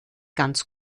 ganz